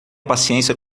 paciência